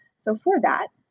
so for that,